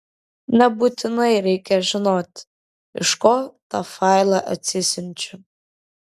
nebūtinai reikia žinoti iš ko tą failą atsisiunčiu